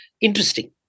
interesting